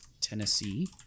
Tennessee